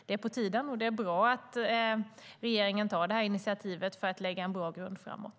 Det är på tiden, och det är bra att regeringen tar detta initiativ för att lägga en bra grund framåt.